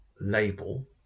label